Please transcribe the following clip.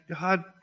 God